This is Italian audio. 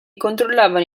controllavano